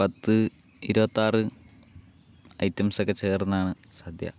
പത്ത് ഇരുപത്താറ് ഐറ്റംസ് ഒക്കെ ചേർന്നതാണ് സദ്യ